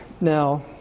now